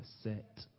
set